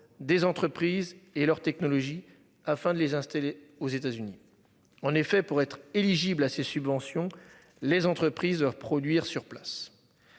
des entreprises et leur technologie afin de les installer aux États-Unis en effet pour être éligibles à ces subventions. Les entreprises produire sur place.